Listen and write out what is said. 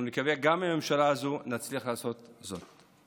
אנחנו נקווה, גם בממשלה הזאת, שנצליח לעשות זאת.